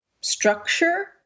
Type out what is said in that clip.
structure